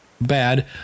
bad